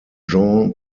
jean